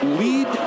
lead